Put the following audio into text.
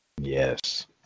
Yes